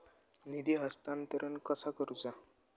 निधी हस्तांतरण कसा करुचा?